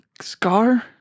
Scar